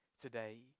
today